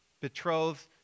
betrothed